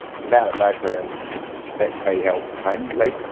it's about evocca and vet fee-help basically.